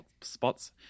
spots